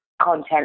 content